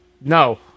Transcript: no